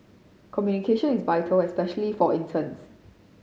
communication is vital especially for interns